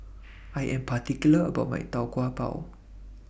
I Am particular about My Tau Kwa Pau